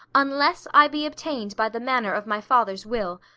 unless i be obtained by the manner of my father's will.